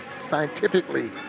scientifically